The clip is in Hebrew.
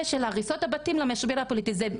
של הריסות הבתים והמשבר הפוליטי הזה.